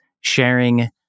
sharing